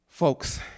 Folks